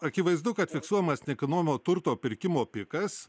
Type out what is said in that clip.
akivaizdu kad fiksuojamas nekilnojamo turto pirkimo pikas